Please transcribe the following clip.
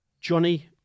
Johnny